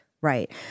Right